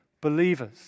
believers